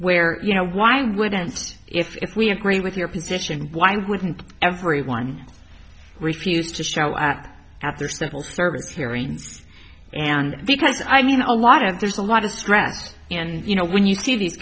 where you know why wouldn't if we agree with your position why wouldn't everyone refuse to show at at their civil service hearings and because i mean a lot of there's a lot of threats and you know when you see these